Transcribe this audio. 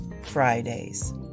Fridays